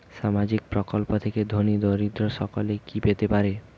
সামাজিক প্রকল্প থেকে ধনী দরিদ্র সকলে কি পেতে পারে?